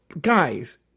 Guys